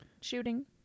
Shooting